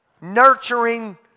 nurturing